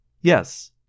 Yes